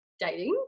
dating